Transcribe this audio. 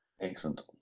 Excellent